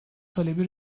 talebi